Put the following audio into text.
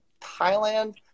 Thailand